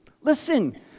Listen